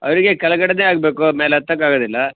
ಅವರಿಗೆ ಕೆಳಗಡೆಯೇ ಆಗಬೇಕು ಮೇಲೆ ಹತ್ತಕ್ ಆಗೋದಿಲ್ಲ